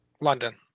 London